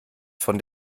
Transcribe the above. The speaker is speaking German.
von